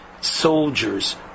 soldiers